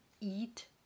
eat